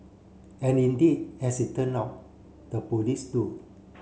and indeed as it turn out the police do